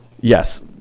Yes